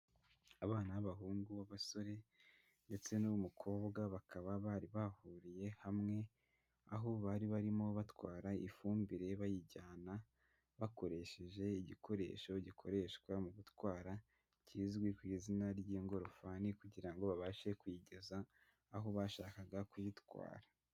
Abana b'abahungu b'abasore ndetse n'uw'mukobwa bakaba bari bahuriye hamwe, aho bari barimo batwara ifumbire bayijyana bakoresheje igikoresho gikoreshwa mu gutwara kizwi ku izina ry'ingorofani kugira ngo babashe kuyigeza aho bashakaga kuyitwara.